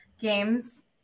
games